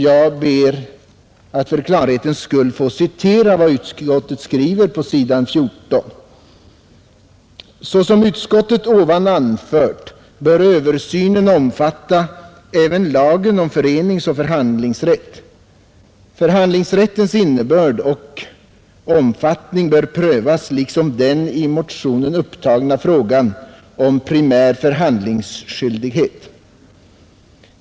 Jag ber att för klarhetens skull få citera vad utskottet skriver på sidan 14: ”Såsom utskottet ovan anfört bör översynen omfatta även lagen om föreningsoch förhandlingsrätt. Förhandlingsrättens innebörd och omfattning bör prövas liksom den i motionen upptagna frågan om primär förhandlingsskyldighet.